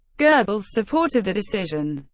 goebbels supported the decision,